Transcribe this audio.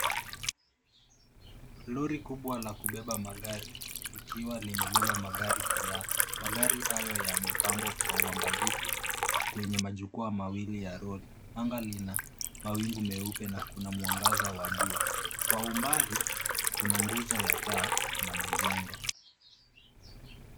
Lori kubwa la kubebea magari likiwa limebeba magari kadhaa. Magari hayo yamepangwa kwa uangalifu kwenye majukwaa mawili ya lori. Anga lina mawingu meupe na kuna mwangaza wa jua. Kwa umbali, kuna nguzo ya taa na majengo.